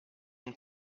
and